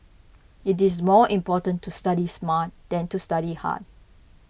it is more important to study smart than to study hard